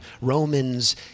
Romans